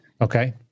Okay